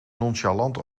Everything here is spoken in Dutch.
nonchalant